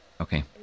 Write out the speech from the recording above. Okay